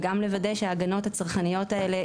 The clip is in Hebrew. וגם לוודא שההגנות הצרכניות האלה,